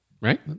Right